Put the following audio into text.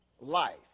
life